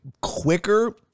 quicker